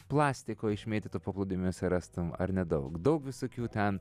plastiko išmėtyto paplūdimiuose rastum ar nedaug daug visokių ten